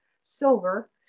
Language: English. silver